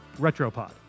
Retropod